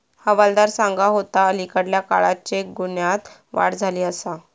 हवालदार सांगा होतो, अलीकडल्या काळात चेक गुन्ह्यांत वाढ झाली आसा